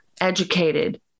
educated